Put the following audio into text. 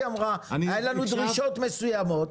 היא אמרה, היו לנו דרישות מסוימות.